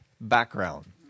background